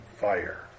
fire